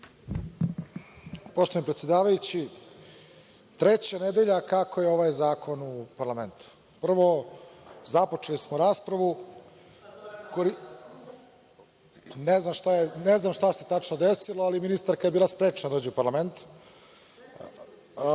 Poštovani predsedavajući, treća nedelja kako je ovaj zakon u parlamentu. Prvo, započeli smo raspravu. Ne znam šta se tačno desilo, ali ministarka je bila sprečena da dođe u parlament.